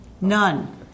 None